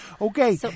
Okay